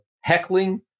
heckling